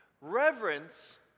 Reverence